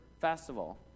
festival